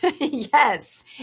Yes